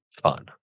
fun